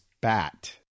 bat